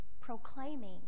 proclaiming